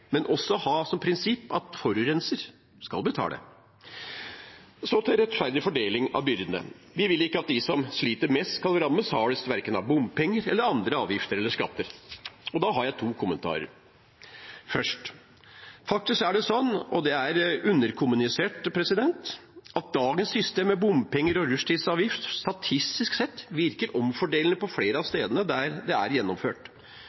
men også ha som prinsipp at forurenser skal betale. Til rettferdig fordeling av byrdene: Vi vil ikke at de som sliter mest, skal rammes hardest, verken av bompenger eller av andre avgifter eller skatter. Da har jeg to kommentarer: For det første er det faktisk sånn – og det er underkommunisert – at dagens system med bompenger og rushtidsavgift statistisk sett virker omfordelende på flere av stedene der det er gjennomført.